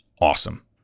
awesome